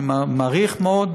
אני מעריך מאוד,